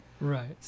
Right